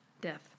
death